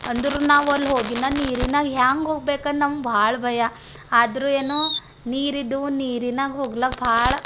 ಅಂದರೂ ನಾವು ಅಲ್ಲಿ ಹೋಗಿ ನೀರಿನಾಗೆ ಹ್ಯಾಂಗೆ ಹೋಗ್ಬೇಕಂದು ನಂಗೆ ಭಾಳ ಭಯ ಆದರೂ ಏನು ನೀರಿದ್ದು ನೀರಿನಾಗೆ ಹೋಗ್ಲಿಕ್ಕೆ ಭಾಳ